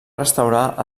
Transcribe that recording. restaurar